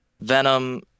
Venom